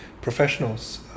professionals